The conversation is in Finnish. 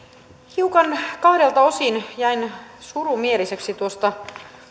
hiukan kahdelta osin jäin surumieliseksi tuosta